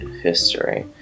history